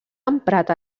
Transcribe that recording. emprat